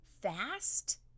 fast